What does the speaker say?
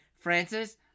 Francis